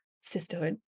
sisterhood